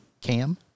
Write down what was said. Cam